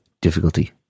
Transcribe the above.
difficulty